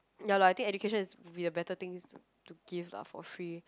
ya lah I think education is would be a better things to give for free